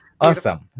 Awesome